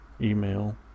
email